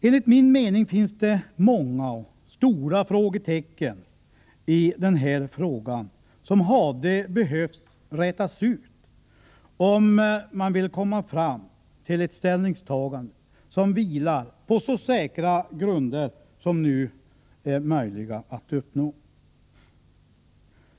Enligt min mening finns det många och stora frågetecken i den här frågan som hade behövt rätas ut, om man vill komma fram till ett ställningstagande som vilar på så säkra grunder som nu är möjliga att uppnå.